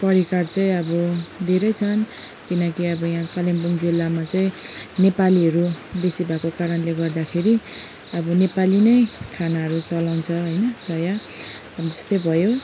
परिकार चाहिँ अब धेरै छन् किनकि अब यहाँ कालिम्पोङ जिल्लामा चाहिँ नेपालीहरू बेसी भएको कारणले गर्दाखेरि अब नेपाली नै खानाहरू चलाउँछ होइन प्राय हामी जस्तै भयो